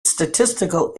statistical